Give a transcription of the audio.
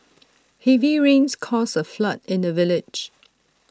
heavy rains caused A flood in the village